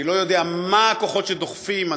אני לא יודע מה הכוחות שדוחפים.